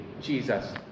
Jesus